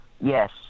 yes